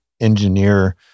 engineer